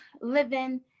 living